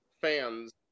fans